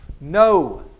No